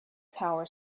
tower